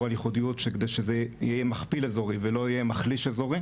על ייחודיות כדי שזה יהיה מכפיל אזורי ולא מחליש אזורי.